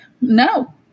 no